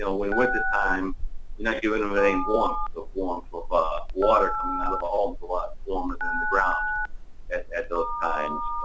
you know in wintertime, you're not giving them any warmth, the warmth of ah water coming out of a home's a lot warmer than the ground at those times.